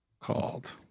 called